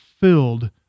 filled